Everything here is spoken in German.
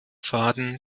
faden